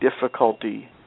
difficulty